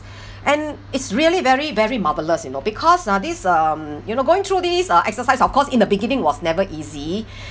and it's really very very marvellous you know because ah this um you know going through these uh exercise of course in the beginning was never easy